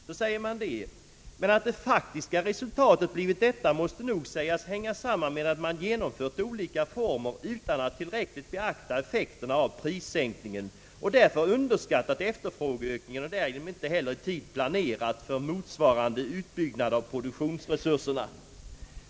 Jag citerar ur den nämnda skriften: »Men att det faktiska resultatet blivit detta måste nog sägas hänga samman med att man genomfört olika reformer utan att tillräckligt beakta effekten av prissänk ningen och därför underskattat efterfrågeökningen och därigenom inte heller i tid planerat för motsvarande utbyggnad av = produktionsresurserna.